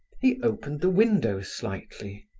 he opened the window slightly.